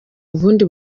ubundi